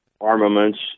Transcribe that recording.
armaments